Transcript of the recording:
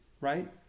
Right